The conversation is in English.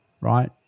right